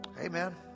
Amen